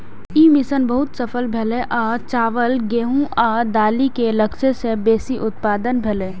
ई mission बहुत सफल भेलै आ चावल, गेहूं आ दालि के लक्ष्य सं बेसी उत्पादन भेलै